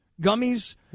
gummies